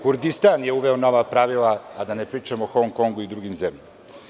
Kurdistan je uveo nova pravila, a da ne pričam o Hongkongu i drugim zemljama.